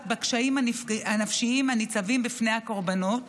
בקשיים הנפשיים הניצבים בפני הקורבנות